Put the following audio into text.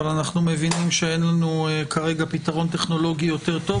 אבל אנחנו מבינים שאין לנו כרגע פתרון טכנולוגי יותר טוב,